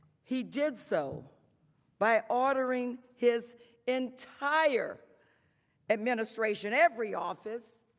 he did so by ordering his entire administration, every office,